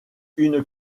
une